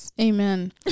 amen